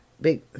big